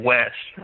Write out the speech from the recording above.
West